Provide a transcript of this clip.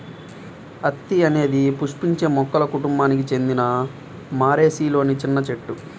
అత్తి అనేది పుష్పించే మొక్కల కుటుంబానికి చెందిన మోరేసిలోని చిన్న చెట్టు